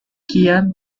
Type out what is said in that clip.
qian